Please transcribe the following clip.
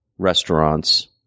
Restaurants